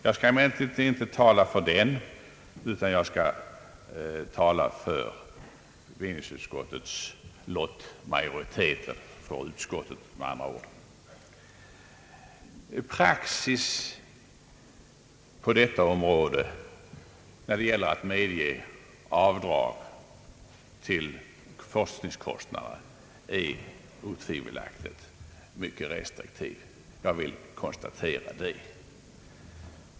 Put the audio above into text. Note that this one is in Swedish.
Jag skall emellertid inte tala för motionen, utan jag skall tala för bevillningsutskottets lottmajoritet, eller med andra ord för utskottet. När det gäller att medge avdrag för forskningskostnader är praxis otvivelaktigt mycket restriktiv.